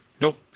nope